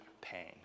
pain